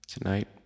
Tonight